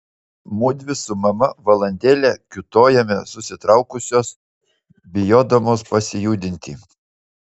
mudvi su mama valandėlę kiūtojome susitraukusios bijodamos pasijudinti